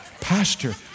Pastor